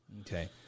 Okay